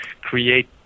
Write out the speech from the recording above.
create